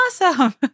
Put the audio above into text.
awesome